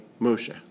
Moshe